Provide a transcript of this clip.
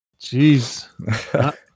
Jeez